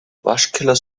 waschkeller